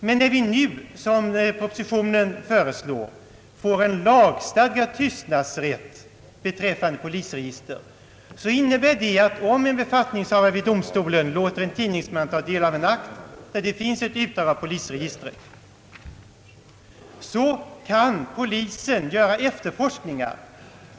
Men när vi nu — som propositionen föreslår — skall få en lagstadgad tystnadsrätt beträffande polisregister blir förhållandet annorlunda. Om en befattningshavare vid en domstol då låter en tidningsman ta del av brottmålshandlingar, där utdrag ur polisregister finnes, kan polisen göra efterforskningar.